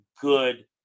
good